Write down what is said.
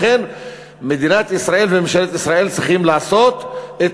לכן מדינת ישראל וממשלת ישראל צריכות לעשות את